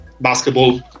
basketball